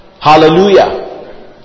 hallelujah